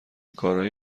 کارایی